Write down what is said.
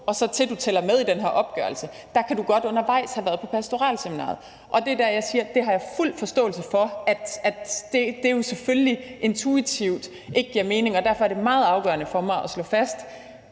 til du tæller med i den her opgørelse, kan du godt undervejs have været på pastoralseminariet. Det er der, jeg siger, at det har jeg selvfølgelig fuld forståelse for intuitivt ikke giver mening. Derfor er det meget afgørende for mig at slå fast,